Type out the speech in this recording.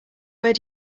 where